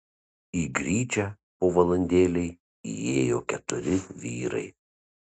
į gryčią po valandėlei įėjo keturi vyrai